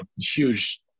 huge